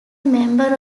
member